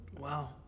Wow